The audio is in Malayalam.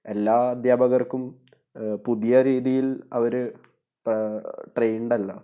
എല്ലാ അധ്യാപകർക്കും പുതിയ രീതിയിൽ അവര് ട്രെയ്ന്ഡല്ല